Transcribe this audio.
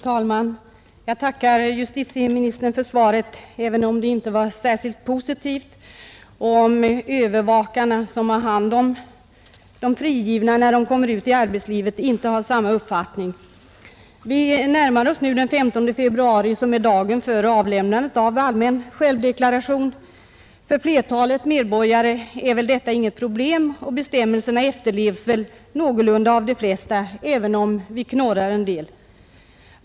Fru talman! Jag tackar justitieministern för svaret, även om det inte var särskilt positivt och även om övervakarna, som har hand om de frigivna när dessa kommer ut i arbetslivet, inte har samma uppfattning. Vi närmar oss nu den 15 februari, som är dagen för avlämnande av allmän självdeklaration. För flertalet medborgare är väl detta inget problem, och bestämmelserna efterlevs någorlunda av de flesta, även om vi knorrar en del.